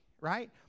right